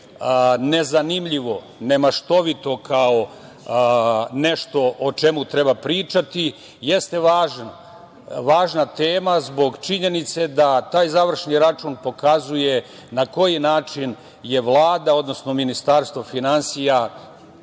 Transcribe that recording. nezanimljivo, nemaštovito kao nešto o čemu treba pričati, jeste važna tema zbog činjenice da taj završni račun pokazuje na koji način je Vlada, odnosno Ministarstvo finansija